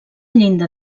llinda